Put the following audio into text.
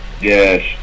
Yes